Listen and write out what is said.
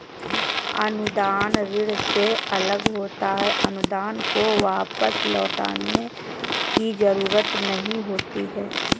अनुदान ऋण से अलग होता है अनुदान को वापस लौटने की जरुरत नहीं होती है